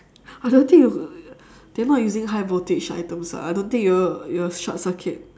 I don't think you they're not using high voltage items ah I don't think you'll you'll short circuit